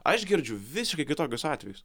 aš girdžiu visiškai kitokius atvejus